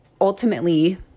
ultimately